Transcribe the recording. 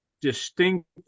distinct